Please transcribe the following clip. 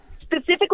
specifically